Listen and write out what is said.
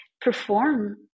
perform